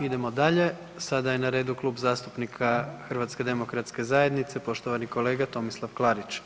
Idemo dalje, sada je na redu Klub zastupnika HDZ-a, poštovani kolega Tomislav Klarić.